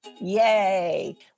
Yay